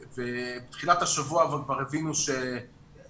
בתחילת השבוע כבר הבינו שצריך.